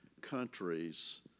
countries